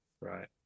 Right